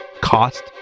cost